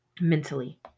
mentally